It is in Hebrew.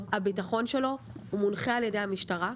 הביטחון שלו, הוא מונחה על ידי המשטרה,